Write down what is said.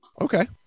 okay